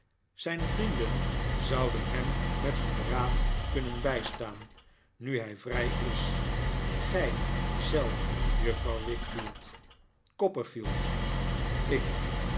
zijn vrienden zouden hem met hun raad kunnen bijstaan nu hij viij is gij zelf juffrouw wickfield copperfield ik